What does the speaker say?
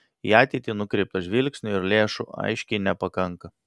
į ateitį nukreipto žvilgsnio ir lėšų aiškiai nepakanka